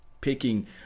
picking